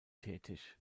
tätig